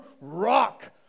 rock